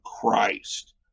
Christ